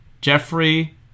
Jeffrey